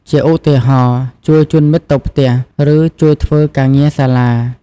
ជាឧទាហរណ៍ ជួយជូនមិត្តទៅផ្ទះ ឬ ជួយធ្វើការងារសាលា។